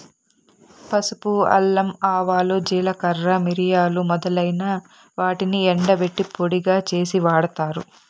పసుపు, అల్లం, ఆవాలు, జీలకర్ర, మిరియాలు మొదలైన వాటిని ఎండబెట్టి పొడిగా చేసి వాడతారు